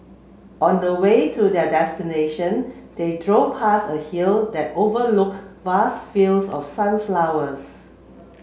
on the way to their destination they drove past a hill that overlook vast fields of sunflowers